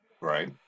Right